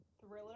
thriller